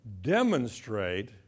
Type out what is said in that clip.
demonstrate